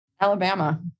Alabama